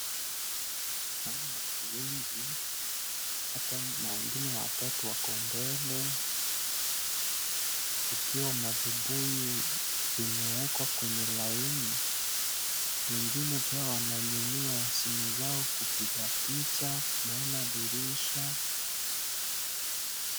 Naona watu wengi hapa na wengine watatu wako mbele ikiwa mavibuyu vimewekwa kwenye laini, wengine pia wananyanyua simu zao kupiga picha, naona dirisha.